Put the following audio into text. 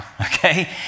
okay